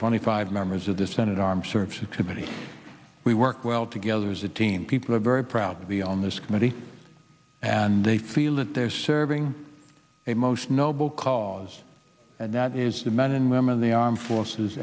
twenty five members of the senate armed services committee we work well together as a team people are very proud of the on this committee and they feel that they're serving a most noble cause and that is the men and women the armed forces